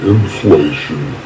Inflation